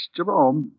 Jerome